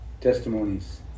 testimonies